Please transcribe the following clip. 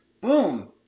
boom